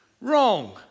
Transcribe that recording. Wrong